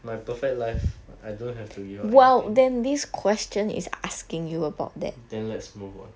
my perfect life I don't have to give up anything then let's move on